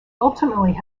ultimately